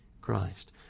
Christ